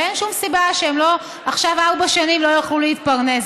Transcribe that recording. ואין שום סיבה שעכשיו ארבע שנים הם לא יוכלו להתפרנס.